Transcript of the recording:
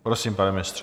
Prosím, pane ministře.